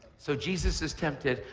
so jesus is tempted.